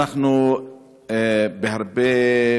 בהרבה,